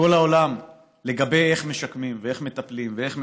בכל בעולם לגבי איך משקמים ואיך מטפלים ואיך מסייעים,